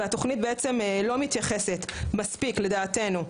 והתוכנית בעצם לא מתייחסת מספיק לדעתנו,